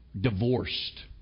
divorced